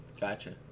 Gotcha